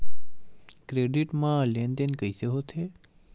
Credit मा लेन देन कइसे होथे?